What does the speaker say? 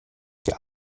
der